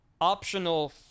optional